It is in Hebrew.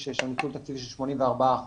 יש שם ניצול תקציבי של 84%